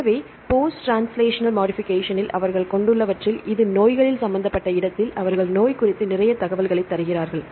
எனவே post translational மோடிஃபிகேஷன்ஸ்ஸில் அவர்கள் கொண்டுள்ளவற்றில் இது நோய்களில் சம்பந்தப்பட்ட இடத்தில் அவர்கள் நோய் குறித்து நிறைய தகவல்களைத் தருகிறார்கள்